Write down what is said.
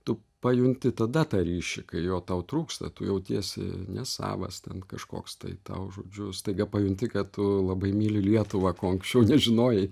tu pajungti tada tą ryšį kai jo tau trūksta tu jautiesi nesavas ten kažkoks tai tau žodžiu staiga pajunti kad tu labai myli lietuvą ko anksčiau nežinojai